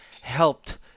helped